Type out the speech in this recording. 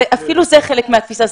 אפילו זה חלק מהתפיסה,